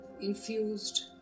infused